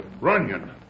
Runyon